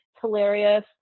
hilarious